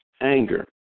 Anger